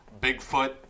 Bigfoot